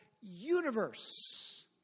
universe